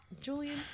Julian